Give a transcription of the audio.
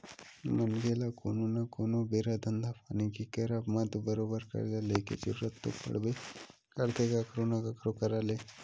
मनखे ल कोनो न कोनो बेरा धंधा पानी के करब म तो बरोबर करजा लेके जरुरत तो पड़बे करथे कखरो न कखरो करा ले